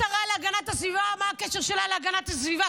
השרה להגנת הסביבה, מה הקשר שלה להגנת הסביבה?